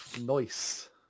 Nice